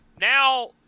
Now